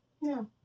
No